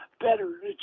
better